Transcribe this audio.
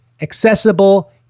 accessible